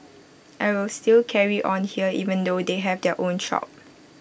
I will still carry on here even though they have their own shop